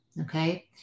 okay